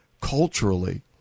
culturally